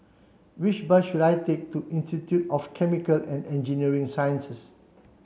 which bus should I take to Institute of Chemical and Engineering Sciences